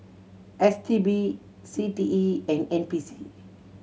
S T B C T E and N P C